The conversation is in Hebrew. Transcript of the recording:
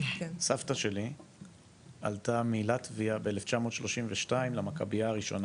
סבתא שלי עלתה מלטביה ב-1932 למכביה הראשונה.